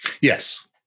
Yes